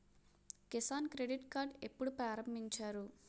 Kisan credit card ఎప్పుడు ప్రారంభించారు?